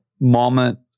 moment